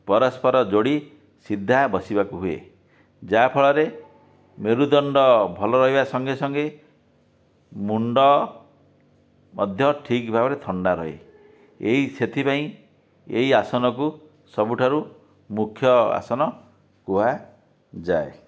ପରସ୍ପର ଯୋଡ଼ି ସିଧା ବସିବାକୁ ହୁଏ ଯାହାଫଳର ମେରୁଦଣ୍ଡ ଭଲ ରହିବା ସଙ୍ଗେ ସଙ୍ଗେ ମୁଣ୍ଡ ମଧ୍ୟ ଠିକ୍ ଭାବରେ ଥଣ୍ଡା ରହେ ଏହି ସେଥିପାଇଁ ଏହି ଆସନକୁ ସବୁଠାରୁ ମୁଖ୍ୟ ଆସନ କୁହାଯାଏ